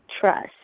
trust